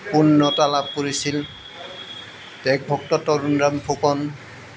উন্নতা লাভ কৰিছিল দেশভক্ত তৰুণৰাম ফুকন